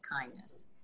kindness